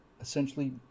essentially